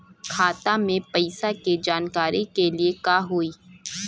खाता मे पैसा के जानकारी के लिए का होई?